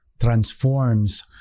transforms